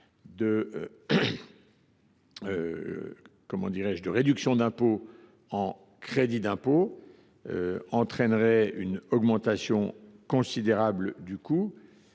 de réduction d’impôt en crédit d’impôt entraînerait une augmentation considérable du coût,